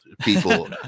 people